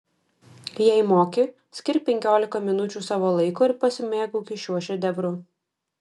jei moki skirk penkiolika minučių savo laiko ir pasimėgauki šiuo šedevru